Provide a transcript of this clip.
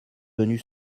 venus